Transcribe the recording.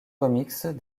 remixes